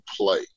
play